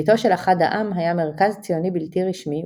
ביתו של אחד העם היה מרכז ציוני בלתי רשמי,